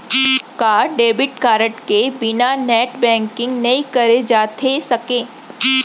का debit card के बिना नेट बैंकिंग नई करे जाथे सके?